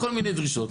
כל מיני דרישות.